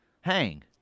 hang